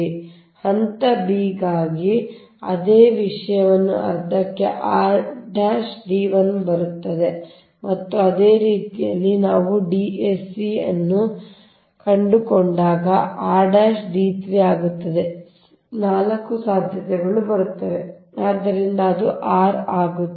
ಅಂತೆಯೇ ಹಂತ b ಗಾಗಿ ಅದೇ ವಿಷಯವು ಅರ್ಧಕ್ಕೆ rd1 ಬರುತ್ತದೆ ಮತ್ತು ಅದೇ ರೀತಿಯಲ್ಲಿ ನಾವು D sc ಅನ್ನು ಅದೇ ರೀತಿಯಲ್ಲಿ ಕಂಡುಕೊಂಡಾಗ ಅದು ನಿಮ್ಮ rd3 ಆಗುತ್ತದೆ 4 ಸಾಧ್ಯತೆಗಳು ಬರುತ್ತವೆ ಆದರೆ ಅದು r ಆಗುತ್ತದೆ